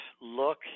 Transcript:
look